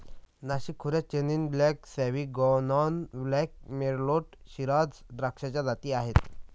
नाशिक खोऱ्यात chenin blanc, sauvignon blanc, merlot, shiraz द्राक्षाच्या जाती आहेत